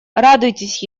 радуйтесь